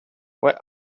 where